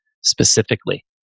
specifically